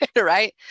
right